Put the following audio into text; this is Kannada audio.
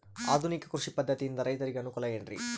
ಆಧುನಿಕ ಕೃಷಿ ಪದ್ಧತಿಯಿಂದ ರೈತರಿಗೆ ಅನುಕೂಲ ಏನ್ರಿ?